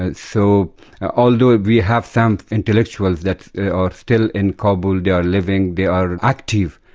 and so although we have some intellectuals that are still in kabul, they are living, they are and active,